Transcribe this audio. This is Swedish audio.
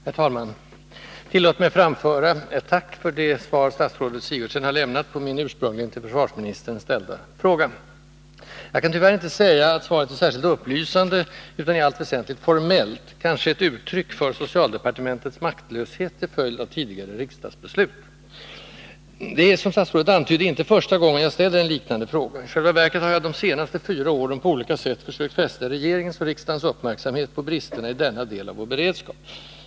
Herr talman! Tillåt mig att framföra ett tack för det svar statsrådet Sigurdsen har lämnat på min ursprungligen till försvarsministern ställda fråga. Jag kan tyvärr inte säga att svaret är särskilt upplysande, utan det är i allt väsentligt formellt — kanske ett uttryck för socialdepartementets maktlöshet till följd av tidigare riksdagsbeslut. Det är, som statsrådet antydde, inte första gången jag ställer en liknande fråga. I själva verket har jag de senaste fyra åren på olika sätt försökt fästa regeringens och riksdagens uppmärksamhet på bristerna i denna del av vår beredskap.